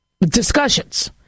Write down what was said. discussions